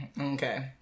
Okay